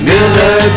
Miller